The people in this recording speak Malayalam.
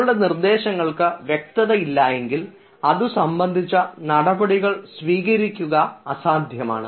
നിങ്ങളുടെ നിർദ്ദേശങ്ങൾക്ക് വ്യക്തത ഇല്ലായെങ്കിൽ അതു സംബന്ധിച്ച നടപടികൾ സ്വീകരിക്കുക അസാധ്യമാണ്